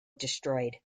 destroyed